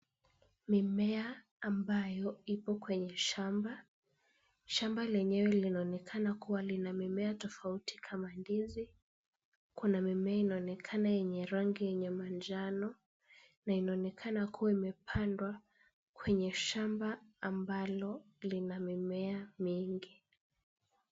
Mimea ambayo ipo kwenye shamba, shamba lenyewe linaonekana kuwa lina mimea tofauti kama ndizi, kuna mimea inaonekana yenye rangi yenye manjano na inaonekana kuwa imepandwa kwenye shamba ambalo lina mimea mingi.